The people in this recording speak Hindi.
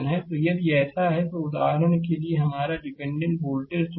तो यदि ऐसा है तो यह उदाहरण के लिए है यह हमारा डिपेंडेंट वोल्टेज सोर्स है